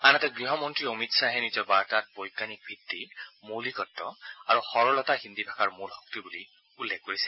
আনহাতে অমিত শ্বাহে নিজৰ বাৰ্তাত বৈজ্ঞানিক ভিত্তি মৌলিকত্ব আৰু সৰলতা হিন্দী ভাষাৰ মূল শক্তি বুলি অভিহিত কৰিছে